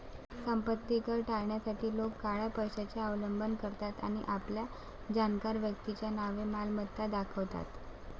संपत्ती कर टाळण्यासाठी लोक काळ्या पैशाचा अवलंब करतात आणि आपल्या जाणकार व्यक्तीच्या नावे मालमत्ता दाखवतात